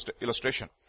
illustration